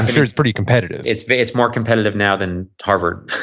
i'm sure it's pretty competitive it's but it's more competitive now than harvard.